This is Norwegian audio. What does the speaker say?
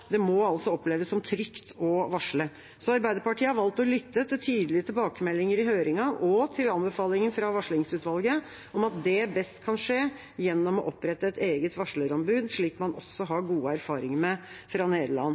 Det må altså oppleves som trygt å varsle. Arbeiderpartiet har valgt å lytte til tydelige tilbakemeldinger i høringa og til anbefalinger fra varslingsutvalget om at det best kan skje gjennom å opprette et eget varslerombud, slik man har gode erfaringer med i Nederland.